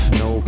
no